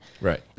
Right